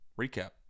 Recap